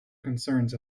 concerns